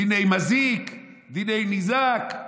דיני מזיק, דיני ניזק.